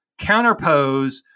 counterpose